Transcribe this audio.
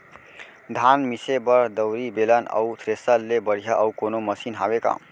धान मिसे बर दउरी, बेलन अऊ थ्रेसर ले बढ़िया अऊ कोनो मशीन हावे का?